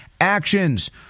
actions